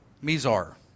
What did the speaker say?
Mizar